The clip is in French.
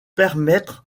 permettre